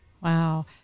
Wow